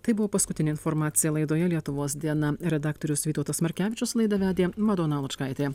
tai buvo paskutinė informacija laidoje lietuvos diena redaktorius vytautas markevičius laidą vedė madona lučkaitė